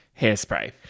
hairspray